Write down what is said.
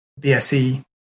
BSE